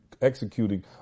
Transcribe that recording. executing